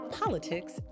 politics